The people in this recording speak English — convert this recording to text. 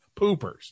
poopers